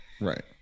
right